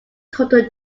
total